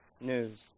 news